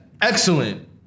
Excellent